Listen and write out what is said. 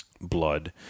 blood